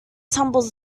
tumbles